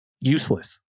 useless